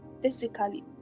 physically